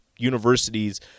Universities